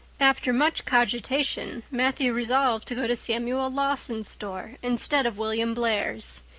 after much cogitation matthew resolved to go to samuel lawson's store instead of william blair's.